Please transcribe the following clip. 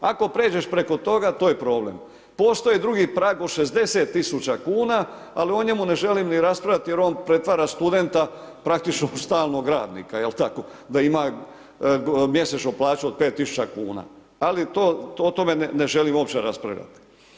Ako pređeš preko toga to je problem, postoje drugi prag od 60.000 kuna ali o njemu ne želim ni raspravljati jer on pretvara studenta praktično u stalnog radnika, je tako, da ima mjesečno plaću od 5.000 kuna, ali o tome ne želim uopće raspravljati.